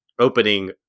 opening